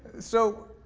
so,